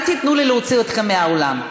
אל תיתנו לי להוציא אתכם מהאולם.